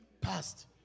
passed